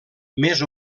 més